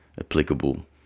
applicable